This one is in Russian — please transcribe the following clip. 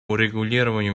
урегулированию